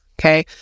okay